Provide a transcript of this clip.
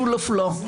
rule of law.